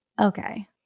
okay